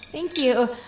thank you.